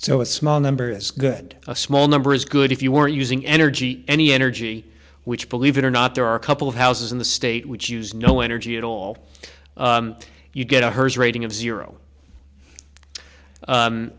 a small number is good a small number is good if you were using energy any energy which believe it or not there are a couple of houses in the state which use no energy at all you get a hers rating of zero